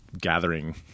gathering